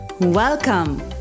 welcome